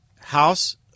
House